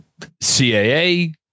CAA